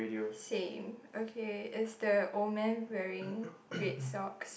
same okay is the old man wearing red socks